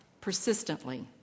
persistently